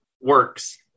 works